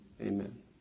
Amen